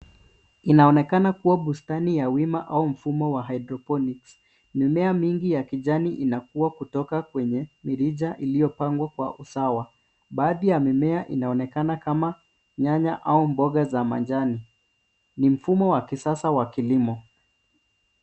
Inaonekana kuwa bustani ya wima au mfumo wa hydroponics . Mimea mingi ya kijani inakua kutoka kwenye mirija iliyopangwa kwa usawa. Baadhi ya mimea inaonekana kama, nyanya au mboga za majani. Ni mfumo wa kisasa wa kilimo.